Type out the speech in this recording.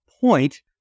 point